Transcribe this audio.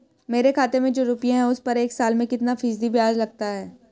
मेरे खाते में जो रुपये हैं उस पर एक साल में कितना फ़ीसदी ब्याज लगता है?